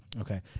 Okay